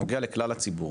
נוגע לכלל הציבור,